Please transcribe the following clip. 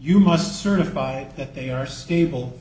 you must certify that they are stable for